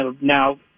Now